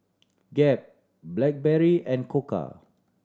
Gap Blackberry and Koka